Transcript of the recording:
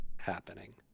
happening